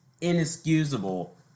inexcusable